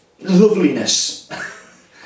loveliness